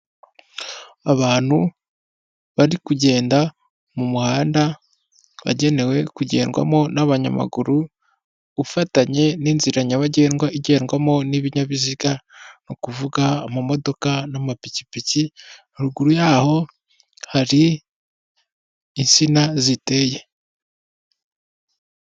Abantu bari kugenda mu muhanda wagenewe kugendwamo n'abanyamaguru ufatanye n'inzira nyabagendwa igendwamo n'ibinyabiziga ni ukuvuga imodoka n'amapikipiki haruguru yaho hari insina ziteye.